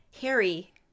Harry